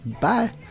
bye